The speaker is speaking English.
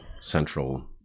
central